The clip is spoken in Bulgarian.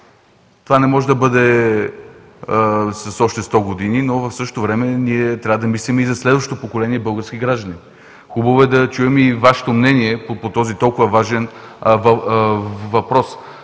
това не може да бъде още 100 години. В същото време трябва да мислим и за следващото поколение български граждани. Хубаво е да чуем и Вашето мнение по този толкова важен въпрос,